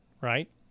right